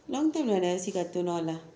long time I never see cartoon all ah